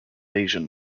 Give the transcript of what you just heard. asian